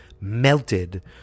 melted